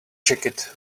jacket